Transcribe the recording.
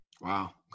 Wow